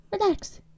Relax